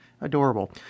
Adorable